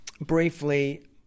briefly